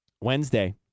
Wednesday